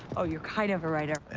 oh, you're kind of a writer.